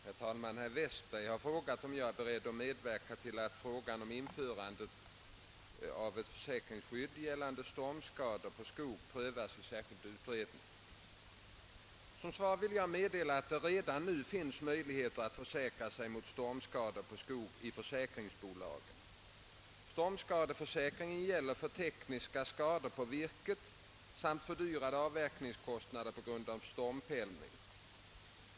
Herr talman! Herr Westberg har frågat, om jag är beredd att medverka till att frågan om att införa ett försäkringsskydd gällande stormskador på skog prövas i särskild utredning. Som svar vill jag meddela att det redan nu finns möjlighet att försäkra sig mot stormskador på skog i försäkringsbolagen. Stormskadeförsäkringen gäller för tekniska skador på virket samt fördyrande avverkningskostnader på grund av stormfällning.